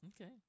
Okay